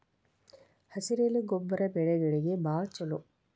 ಹಸಿರೆಲೆ ಗೊಬ್ಬರ ಬೆಳೆಗಳಿಗೆ ಬಾಳ ಚಲೋ